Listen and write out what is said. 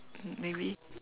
maybe